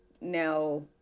now